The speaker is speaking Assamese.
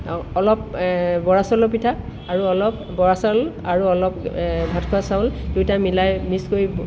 অঁ অলপ বৰা চাউলৰ পিঠা আৰু অলপ বৰা চাউল আৰু অলপ ভাত খোৱা চাউল দুয়োটা মিলাই মিক্স কৰি